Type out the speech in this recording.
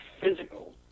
physical